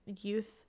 youth